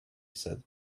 said